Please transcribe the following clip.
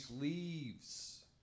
leaves